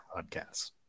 podcast